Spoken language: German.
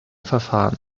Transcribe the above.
verfahren